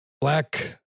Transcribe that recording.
black